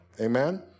Amen